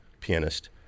pianist